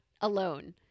alone